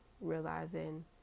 realizing